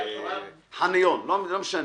לא משנה.